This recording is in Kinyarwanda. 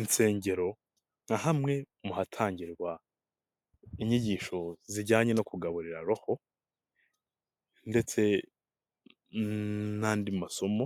Insengero nka hamwe mu hatangirwa inyigisho zijyanye no kugaburira roho ndetse n'andi masomo,